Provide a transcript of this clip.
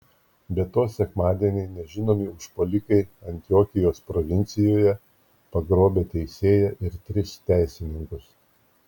be to sekmadienį nežinomi užpuolikai antiokijos provincijoje pagrobė teisėją ir tris teisininkus